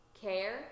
care